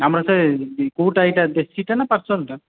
ଆମର ସେ କେଉଁଟା ଏଇଟା ଦେଶୀ ଟା ନା ଟା